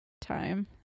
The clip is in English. time